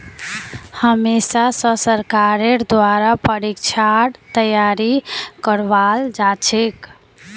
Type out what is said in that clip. हमेशा स सरकारेर द्वारा परीक्षार तैयारी करवाल जाछेक